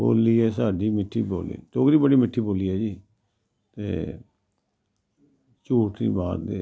बोल्ली ऐ साढ़ी मिट्ठी बोल्ली डोगरी बोल्ली मिट्ठी बोल्ली ऐ जी ते झूठ नी मारदे